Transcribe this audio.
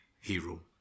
hero